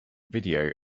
video